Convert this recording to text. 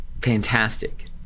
fantastic